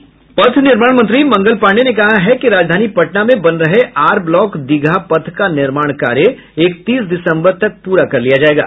पथ निर्माण मंत्री मंगल पांडेय ने कहा है कि राजधानी पटना में बन रहे आर ब्लॉक दीघा पथ का निर्माण कार्य इकतीस दिसम्बर तक पूरा कर लिया जायेगा